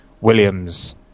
Williams